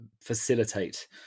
facilitate